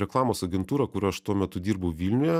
reklamos agentūrą kur aš tuo metu dirbau vilniuje